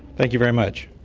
thank you very much.